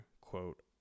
quote